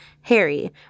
Harry